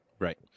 Right